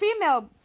female